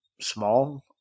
small